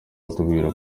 atubwira